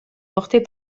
portés